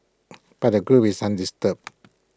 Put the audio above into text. but the group is undisturbed